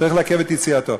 צריך לעכב את יציאתו.